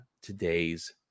today's